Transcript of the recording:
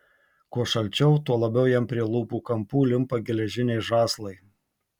kuo šalčiau tuo labiau jam prie lūpų kampų limpa geležiniai žąslai